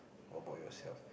about yourself